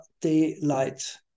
daylight